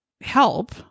help